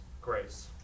grace